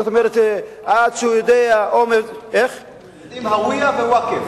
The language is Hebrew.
הם יודעים "הוויה" ו"וקף".